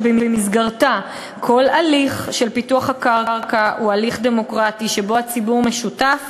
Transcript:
שבמסגרתה כל הליך של פיתוח הקרקע הוא הליך דמוקרטי שבו הציבור שותף,